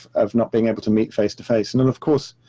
of not being able to meet face to face. and then of course,